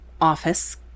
office